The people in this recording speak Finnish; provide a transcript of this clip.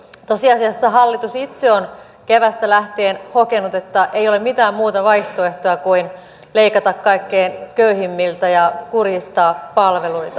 tosiasiassa hallitus itse on keväästä lähtien hokenut että ei ole mitään muuta vaihtoehtoa kuin leikata kaikkein köyhimmiltä ja kurjistaa palveluita